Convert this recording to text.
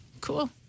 cool